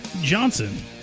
Johnson